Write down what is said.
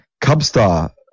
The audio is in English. Cubstar